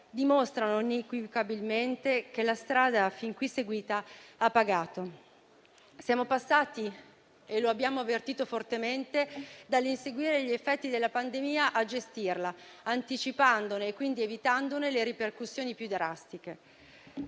dimostrano inequivocabilmente che la strada fin qui seguita ha pagato. Siamo passati - e lo abbiamo avvertito fortemente - dall'inseguire gli effetti della pandemia a gestirla, anticipandone, e quindi evitandone, le ripercussioni più drastiche.